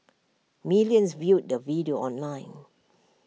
millions viewed the video online